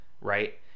right